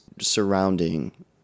surrounding